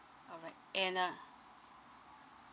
all right and uh